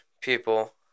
people